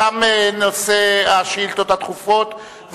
תם נושא השאילתות הדחופות.